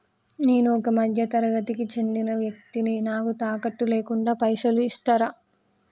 నేను ఒక మధ్య తరగతి కి చెందిన వ్యక్తిని నాకు తాకట్టు లేకుండా పైసలు ఇస్తరా?